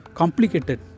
complicated